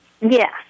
Yes